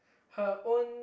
her own